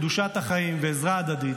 קדושת החיים ועזרה הדדית,